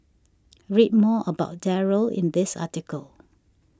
read more about Darryl in this article